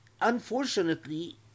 Unfortunately